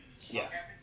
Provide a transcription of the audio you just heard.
Yes